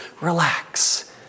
relax